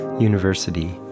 University